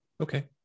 Okay